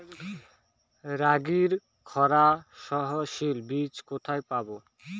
রাগির খরা সহনশীল বীজ কোথায় পাবো?